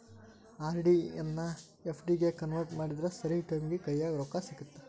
RD ಎನ್ನಾ FD ಗೆ convert ಮಾಡಿದ್ರ ಸರಿ ಟೈಮಿಗಿ ಕೈಯ್ಯಾಗ ರೊಕ್ಕಾ ಸಿಗತ್ತಾ